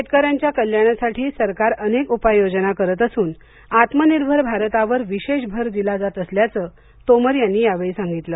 शेतकऱ्यांच्या कल्याणासाठी सरकार अनेक उपाययोजना करत असून आत्मनिर्भर भारतावर विशेष भर दिला जात असल्याचं तोमर यांनी यावेळी सांगितलं